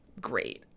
great